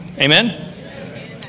Amen